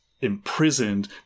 imprisoned